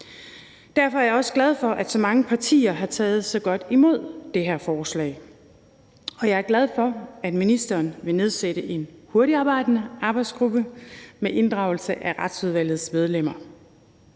Derfor er jeg også glad for, at så mange partier har taget så godt imod det her forslag, og jeg er glad for, at ministeren vil nedsætte en hurtigtarbejdende arbejdsgruppe med inddragelse af Retsudvalgets medlemmer.